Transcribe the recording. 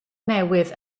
newydd